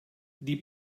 die